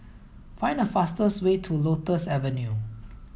find the fastest way to Lotus Avenue